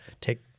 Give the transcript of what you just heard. take